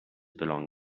belongings